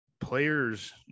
players